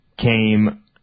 Came